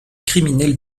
criminel